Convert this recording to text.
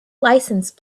license